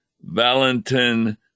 Valentin